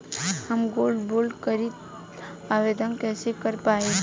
हम gold bond करतिं आवेदन कइसे कर पाइब?